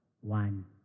one